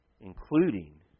Including